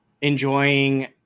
enjoying